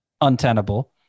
untenable